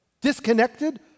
Disconnected